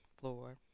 floor